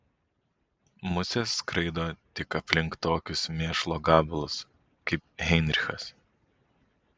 musės skraido tik aplink tokius mėšlo gabalus kaip heinrichas